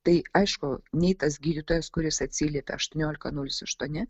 tai aišku nei tas gydytojas kuris atsiliepia aštuoniolika nulis aštuoni